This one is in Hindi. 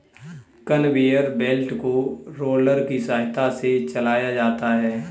कनवेयर बेल्ट को रोलर की सहायता से चलाया जाता है